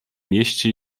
mieście